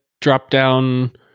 drop-down